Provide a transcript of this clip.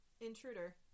intruder